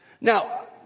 Now